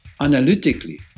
analytically